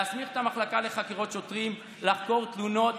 להסמיך את המחלקה לחקירות שוטרים לחקור תלונות